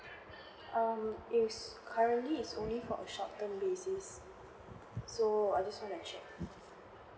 um It's currently is only for a short term basis so I just wanna check